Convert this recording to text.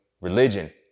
Religion